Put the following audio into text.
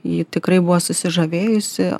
ji tikrai buvo susižavėjusi